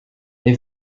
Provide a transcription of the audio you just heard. they